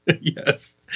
Yes